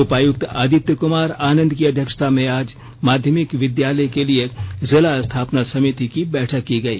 उपायुक्त आदित्य कमार आनंद की अध्यक्षता में आज माध्यमिक विद्यालय के लिए जिला स्थापना समिति की बैठक की गई